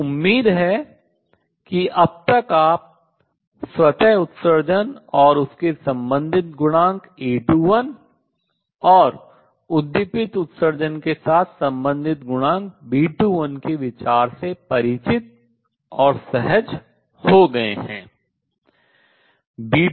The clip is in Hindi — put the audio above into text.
तो उम्मीद है कि अब तक आप स्वतः उत्सर्जन और उसके संबंधित गुणांक A21 और उद्दीपित उत्सर्जन के साथ संबंधित गुणांक B21 के विचार से परिचित और सहज हो गए हैं